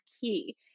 key